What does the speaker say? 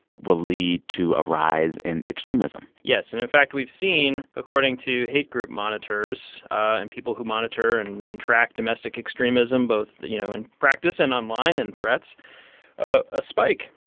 will lead to a rise in extremism yes. and, in fact, we've seen according to hate group monitors and people who monitor and and track domestic extremism both, you know, in practice and online in threats a spike